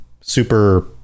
super